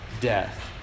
death